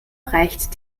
reicht